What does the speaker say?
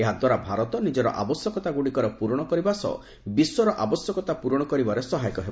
ଏହା ଦ୍ୱାରା ଭାରତ ନିଜର ଆବଶ୍ୟକତାଗୁଡ଼ିକର ପ୍ରରଣ କରିବା ସହ ବିଶ୍ୱର ଆବଶ୍ୟକତା ପୁରଣ କରିବାରେ ସହାୟକ ହେବ